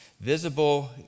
Visible